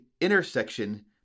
intersection